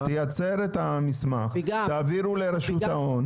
תייצר את המסמך, תעבירו לרשות ההון.